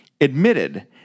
admitted